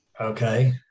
Okay